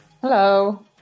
Hello